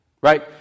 Right